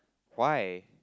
why